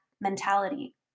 mentality